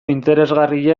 interesgarria